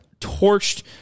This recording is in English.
torched